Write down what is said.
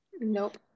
Nope